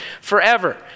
forever